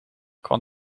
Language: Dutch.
kwam